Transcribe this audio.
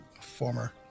former